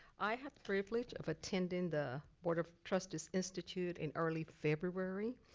i had the privilege of attending the board of trustees institute in early february.